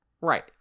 Right